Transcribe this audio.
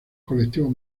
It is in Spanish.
colectivos